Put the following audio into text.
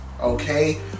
Okay